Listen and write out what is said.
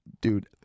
Dude